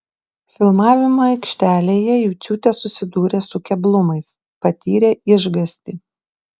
filmavimo aikštelėje juciūtė susidūrė su keblumais patyrė išgąstį